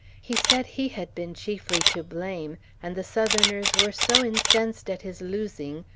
he said he had been chiefly to blame, and the southerners were so incensed at his losing,